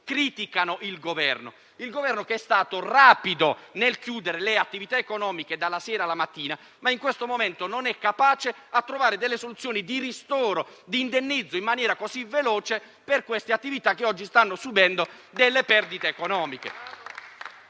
criticano il Governo, che è stato rapido nel chiudere le attività economiche, dalla sera alla mattina, ma che in questo momento non è capace di trovare delle soluzioni di ristoro e di indennizzo in maniera così veloce per quelle stesse attività che oggi stanno subendo perdite economiche.